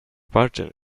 pardon